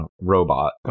robot